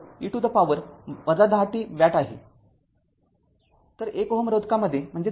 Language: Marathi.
५६ e to the power १० t watt आहे